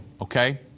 okay